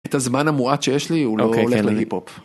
את הזמן המועט שיש לי הוא לא הולך להיפ-הופ.